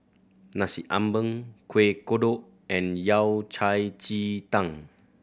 Nasi Ambeng Kueh Kodok and Yao Cai ji tang